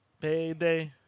Payday